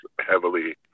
heavily